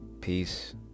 peace